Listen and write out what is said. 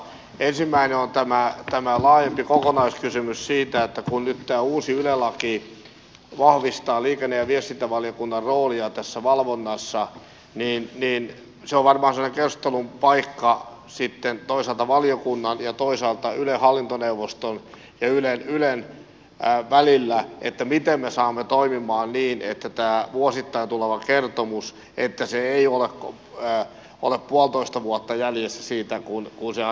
ensimmäinen on tämä laajempi kokonaiskysymys siitä että kun nyt tämä uusi yle laki vahvistaa liikenne ja viestintävaliokunnan roolia valvonnassa niin se on varmaan semmoinen keskustelun paikka sitten toisaalta valiokunnan ja toisaalta ylen hallintoneuvoston ja ylen välillä miten me saamme tämän toimimaan niin että tämä vuosittain tuleva kertomus ei ole puolitoista vuotta jäljessä siitä kun asiat ovat tapahtuneet